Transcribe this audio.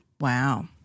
Wow